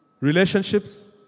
relationships